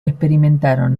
experimentaron